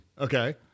Okay